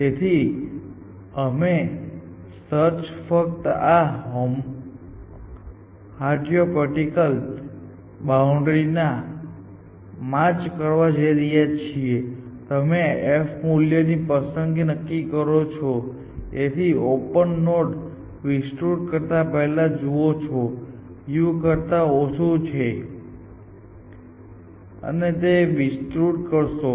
તેથી અમે સર્ચ ફક્ત આ હાયપોથેટીકલ બાઉન્ડ્રી માં જ કરવા જઈ રહ્યા છીએ જે તમે f મૂલ્યની મદદથી નક્કી કરો છો તેથી ઓપન નોડને વિસ્તૃત કરતા પહેલા જુઓ કે તે U કરતા ઓછું છે પછી જ તમે વિસ્તૃત કરશો